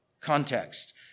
context